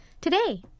Today